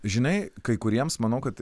žinai kai kuriems manau kad